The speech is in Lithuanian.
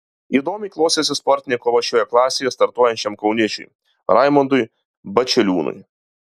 įdomiai klostėsi sportinė kova šioje klasėje startuojančiam kauniečiui raimondui bačiliūnui